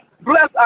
Bless